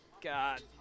God